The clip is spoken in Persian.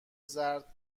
زرد